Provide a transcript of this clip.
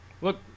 look